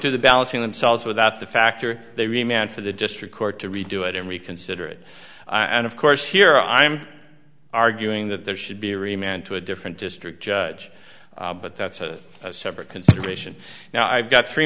do the balancing themselves without the factor they remained for the district court to redo it and reconsider it and of course here i'm arguing that there should be remained to a different district judge but that's a separate consideration now i've got three